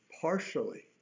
partially